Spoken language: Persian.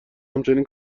همچنین